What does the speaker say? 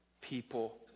people